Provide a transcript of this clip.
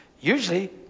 usually